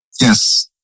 Yes